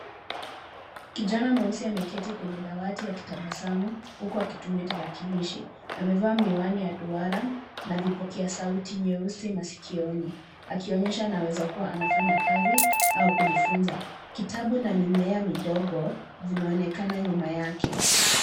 Kijana mweusi ameketi kwenye dawati akitabasamu huku akitumia tarakilishi. Amevaa miwani ya duara na vipokea sauti nyeusi masikioni, akionyesha anaweza kuwa anafanya kazi au kujifunza. Kitabu na mimea midogo vimeonekana nyuma yake.